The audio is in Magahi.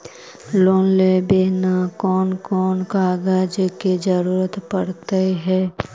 लोन लेबे ल कैन कौन कागज के जरुरत पड़ है?